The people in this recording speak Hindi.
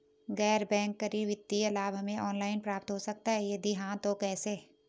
गैर बैंक करी वित्तीय लाभ हमें ऑनलाइन प्राप्त हो सकता है यदि हाँ तो कैसे?